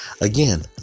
Again